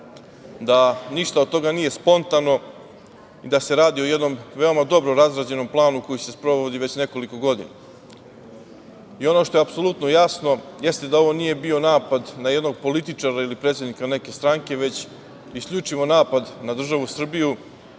da ništa od toga nije spontano i da se radi o jednom veoma dobro razrađenom planu koji se sprovodi već nekoliko godina. Ono što je apsolutno jasno jeste da ovo nije bio napad na jednog političara ili predsednika neke stranke, već isključivo napad na državu Srbiju,